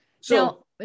So-